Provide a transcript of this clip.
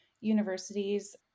universities